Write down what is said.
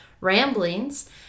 ramblings